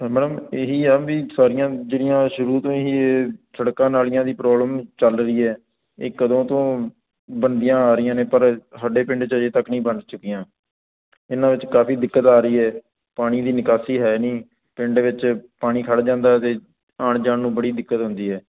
madam ਇਹ ਹੀ ਆ ਵੀ ਸਾਰੀਆਂ ਜਿਹੜੀਆਂ ਸ਼ੁਰੂ ਤੋਂ ਹੀ ਇਹ ਸੜਕਾਂ ਨਾਲੀਆਂ ਦੀ ਪ੍ਰੋਬਲਮ ਚੱਲ ਰਹੀ ਹੈ ਇਹ ਕਦੋਂ ਤੋਂ ਬਣਦੀਆਂ ਆ ਰਹੀਆਂ ਨੇ ਪਰ ਸਾਡੇ ਪਿੰਡ 'ਚ ਅਜੇ ਤੱਕ ਨਹੀਂ ਬਣ ਚੁੱਕੀਆਂ ਇਹਨਾਂ ਵਿੱਚ ਕਾਫ਼ੀ ਦਿੱਕਤ ਆ ਰਹੀ ਹੈ ਪਾਣੀ ਦੀ ਨਿਕਾਸੀ ਹੈ ਨਹੀਂ ਪਿੰਡ ਵਿੱਚ ਪਾਣੀ ਖੜ੍ਹ ਜਾਂਦਾ ਅਤੇ ਆਉਣ ਜਾਉਣ ਨੂੰ ਬੜੀ ਦਿੱਕਤ ਹੁੰਦੀ ਹੈ